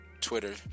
Twitter